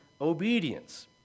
obedience